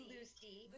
Lucy